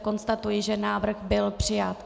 Konstatuji, že návrh byl přijat.